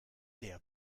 der